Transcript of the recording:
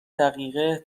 دقیقه